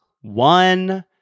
one